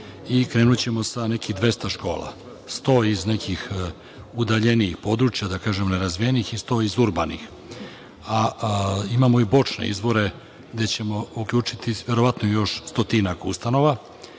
i krenućemo sa nekih 200 škola, sto iz nekih udaljenijih područja, da kažemo nerazvijenijih, i sto iz urbanih. Imamo i bočne izvore, gde ćemo uključiti verovatno još stotinak ustanova.